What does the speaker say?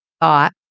thought